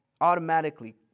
automatically